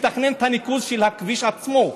מתכנן את הניקוז של הכביש עצמו,